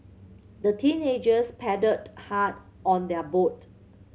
the teenagers paddled hard on their boat